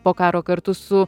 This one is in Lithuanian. po karo kartu su